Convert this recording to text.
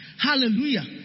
Hallelujah